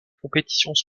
compétitions